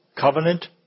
covenant